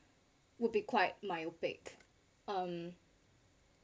will be quite myopic um